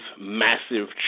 massive